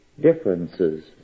differences